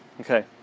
Okay